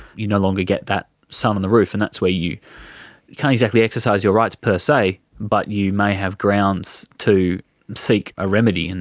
you no longer get that sun on the roof, and that's where you can't exactly exercise your rights per se but you may have grounds to seek a remedy. and